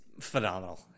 phenomenal